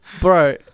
Bro